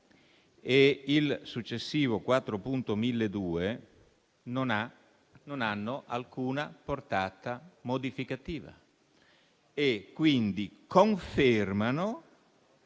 e il successivo 4.1002 non hanno alcuna portata modificativa e, quindi, confermano